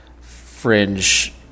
fringe